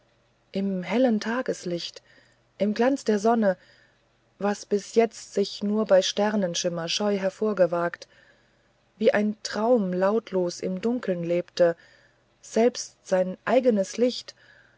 im hellen tageslicht im glanz der sonne was bis jetzt sich nur bei sternenschimmer scheu hervorwagte wie ein traum lautlos im dunklen lebte selbst sein eigenes licht